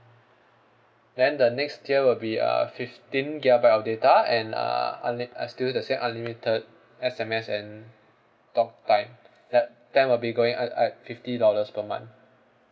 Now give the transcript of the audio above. then the next tier will be uh fifteen gigabyte of data and uh unlit~ uh still the same unlimited S_M_S and talktime that plan will be going at at fifty dollars per month